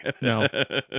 No